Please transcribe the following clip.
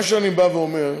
מה שאני בא ואומר: